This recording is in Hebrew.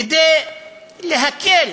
כדי להקל.